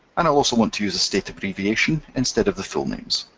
and i'll also want to use a state abbreviation instead of the full names.